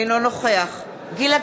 אינו נוכח גילה